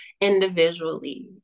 individually